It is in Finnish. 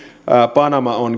panama on